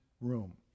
room